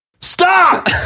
Stop